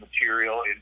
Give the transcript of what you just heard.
material